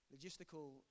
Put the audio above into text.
Logistical